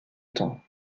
temps